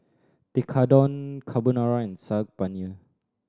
Tekkadon Carbonara and Saag Paneer